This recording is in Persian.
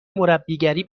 مربیگری